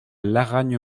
laragne